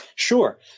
Sure